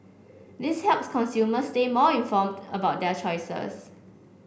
this helps consumers stay more informed about their choices